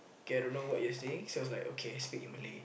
okay I don't know what you're saying so I was like okay speak in Malay